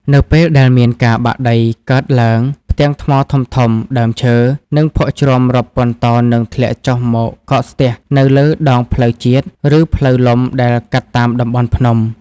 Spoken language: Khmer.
នៅពេលដែលមានការបាក់ដីកើតឡើង ផ្ទាំងថ្មធំៗ ដើមឈើ និងភក់ជ្រាំរាប់ពាន់តោននឹងធ្លាក់ចុះមកកកស្ទះនៅលើដងផ្លូវជាតិ ឬផ្លូវលំដែលកាត់តាមតំបន់ភ្នំ។